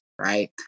right